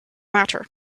matter